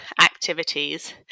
activities